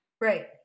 Right